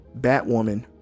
Batwoman